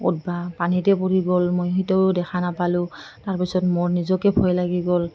ক'ৰবাত পানীতে পৰি গ'ল মই সেইটোও দেখা নাপালোঁ তাৰ পিছত মোৰ নিজকে ভয় লাগি গ'ল